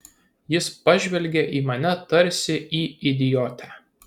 jis pažvelgė į mane tarsi į idiotę